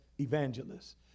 evangelists